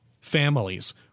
Families